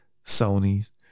Sony's